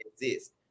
exist